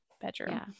bedroom